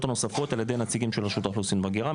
הנוספות על ידי של נציגי רשות האוכלוסין וההגירה.